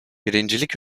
birincilik